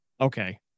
okay